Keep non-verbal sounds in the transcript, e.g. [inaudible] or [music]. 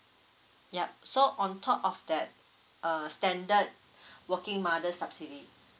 yup so on top of that a standard [breath] working mother's subsidy